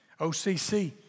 OCC